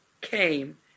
came